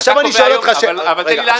עכשיו אני שואל אותך --- אבל תן לי לענות.